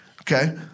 okay